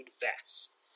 vest